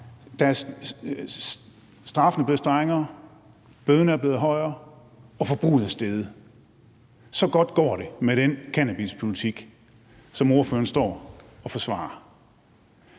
straffen blevet strengere, bøden er blevet højere, og forbruget er steget. Så godt går det med den cannabispolitik, som ordføreren står og forsvarer.